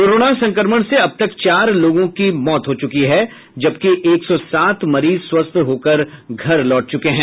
corona संक्रमण से अब तक चार लोगों की मौत हो चुकी है जबकि एक सौ सात मरीज स्वस्थ होकर घर लौट चुके हैं